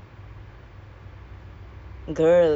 especially if you are a girl ah then they expect a lot of you